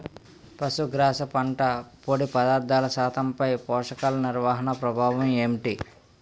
పశుగ్రాస పంట పొడి పదార్థాల శాతంపై పోషకాలు నిర్వహణ ప్రభావం ఏమిటి?